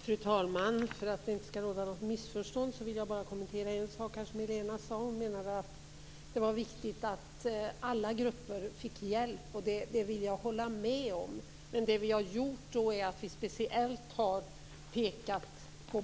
Fru talman! För att det inte skall råda något missförstånd vill jag kommentera en sak som Helena Nilsson sade. Hon menade att det är viktigt att alla grupper får hjälp. Det vill jag hålla med om. Det vi kristdemokrater har gjort är att vi speciellt har pekat på